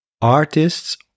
artists